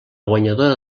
guanyadora